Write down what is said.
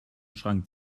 strang